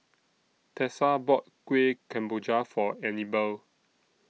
Tessa bought Kuih Kemboja For Anibal